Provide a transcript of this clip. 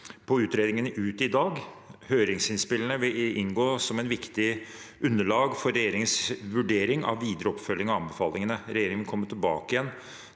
på utredningen ut i dag. Høringsinnspillene vil inngå som et viktig underlag for regjeringens vurdering av videre oppfølging av anbefalingene. Regjeringen vil komme tilbake igjen